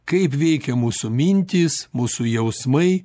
kaip veikia mūsų mintys mūsų jausmai